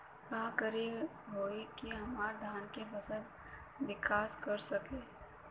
का करे होई की हमार धान के फसल विकास कर सके?